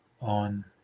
on